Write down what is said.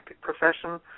profession